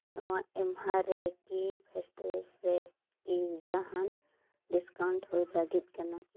ᱱᱚᱣᱟ ᱮᱢᱦᱟᱨᱮ ᱠᱤ ᱯᱮᱥᱴᱨᱮᱡ ᱨᱮ ᱠᱤ ᱡᱟᱦᱟᱱ ᱰᱤᱥᱠᱟᱣᱩᱱᱴ ᱦᱩᱭ ᱞᱟᱹᱜᱤᱫ ᱠᱟᱱᱟ